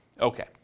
Okay